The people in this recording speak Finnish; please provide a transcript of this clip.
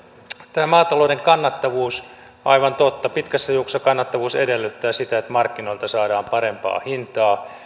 tämä maatalouden kannattavuus aivan totta pitkässä juoksussa kannattavuus edellyttää sitä että markkinoilta saadaan parempaa hintaa